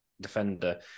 defender